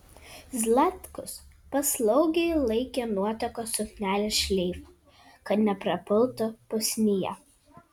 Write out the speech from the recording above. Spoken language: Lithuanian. zlatkus paslaugiai laikė nuotakos suknelės šleifą kad neprapultų pusnyje